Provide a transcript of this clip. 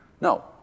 No